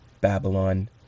Babylon